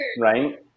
Right